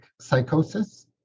psychosis